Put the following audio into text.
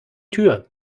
tür